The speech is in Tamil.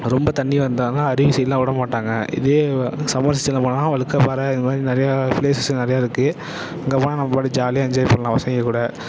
ரொம்ப தண்ணியாக இருந்தால் தான் அருவி சைடெலாம் விட மாட்டாங்க இதே சம்மர் சீசனில் போனால் வழுக்க பாறை இதுமாதிரி நிறையா ப்லேஸஸ் நிறையா இருக்குது அங்கேபோனா நம்ப பாட்டே ஜாலியாக என்ஜாய் பண்ணலாம் பசங்கேகூட